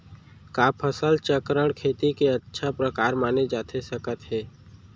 का फसल चक्रण, खेती के अच्छा प्रकार माने जाथे सकत हे?